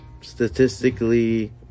statistically